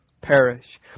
perish